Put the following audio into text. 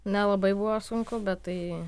nelabai buvo sunku bet tai